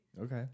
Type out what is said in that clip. Okay